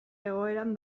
egoeran